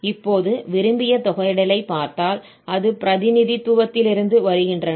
இப்போது விரும்பிய தொகையிடலைப் பார்த்தால் அது பிரதிநிதித்துவத்திலிருந்து வருகின்றன